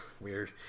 weird